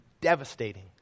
devastating